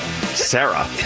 Sarah